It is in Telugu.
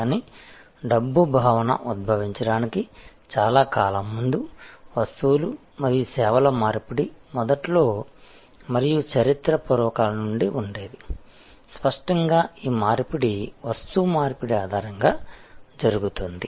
కానీ డబ్బు భావన ఉద్భవించడానికి చాలా కాలం ముందు వస్తువులు మరియు సేవల మార్పిడి మొదట్లో మరియు చరిత్రపూర్వ కాలం నుండి ఉండేది స్పష్టంగా ఈ మార్పిడి వస్తు మార్పిడి ఆధారంగా జరుగుతుంది